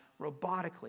robotically